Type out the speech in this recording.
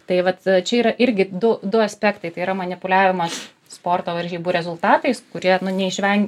tai vat čia yra irgi du du aspektai tai yra manipuliavimas sporto varžybų rezultatais kurie nu neišven